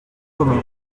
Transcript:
commun